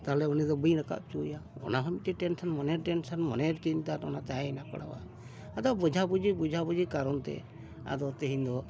ᱛᱟᱦᱚᱞᱮ ᱩᱱᱤ ᱫᱚ ᱵᱟᱹᱧ ᱨᱟᱠᱟᱵ ᱦᱚᱪᱚᱣᱟᱭᱟ ᱚᱱᱟ ᱦᱚᱸ ᱢᱤᱫᱴᱮᱡ ᱴᱮᱱᱥᱚᱱ ᱢᱚᱱᱮ ᱴᱮᱱᱥᱚᱱ ᱢᱚᱱᱮᱨ ᱪᱤᱱᱛᱟᱹ ᱚᱱᱟ ᱛᱟᱦᱮᱸᱭᱮᱱᱟ ᱠᱚᱲᱟᱣᱟᱜ ᱟᱫᱚ ᱵᱳᱡᱷᱟᱼᱵᱩᱡᱷᱤ ᱵᱳᱡᱷᱟᱼᱵᱩᱡᱷᱤ ᱠᱟᱨᱚᱱ ᱛᱮ ᱟᱫᱚ ᱛᱮᱦᱮᱧ ᱫᱚ